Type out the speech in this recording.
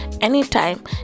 anytime